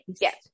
Yes